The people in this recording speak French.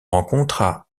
rencontre